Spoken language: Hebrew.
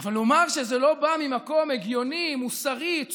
אבל לומר שזה לא בא ממקום הגיוני, מוסרי, צודק,